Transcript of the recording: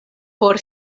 por